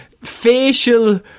facial